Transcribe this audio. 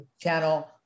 channel